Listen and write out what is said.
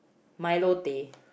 milo teh